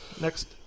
next